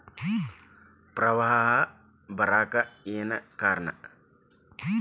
ಪ್ರವಾಹ ಬರಾಕ್ ಏನ್ ಕಾರಣ?